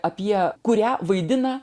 apie kurią vaidina